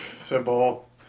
Simple